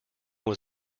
was